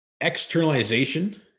externalization